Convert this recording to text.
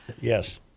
yes